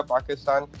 Pakistan